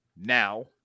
now